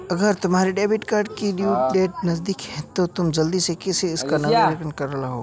अगर तुम्हारे debit card की ड्यू डेट नज़दीक है तो तुम जल्दी से उसका नवीकरण करालो